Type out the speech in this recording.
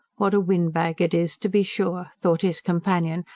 what a wind-bag it is, to be sure! thought his companion,